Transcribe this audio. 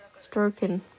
stroking